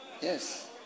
Yes